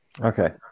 Okay